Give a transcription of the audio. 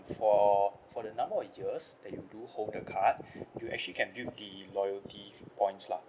for for the number of years that you do hold the card you actually can build the loyalty points lah